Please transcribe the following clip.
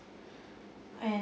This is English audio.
and